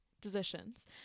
decisions